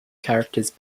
characters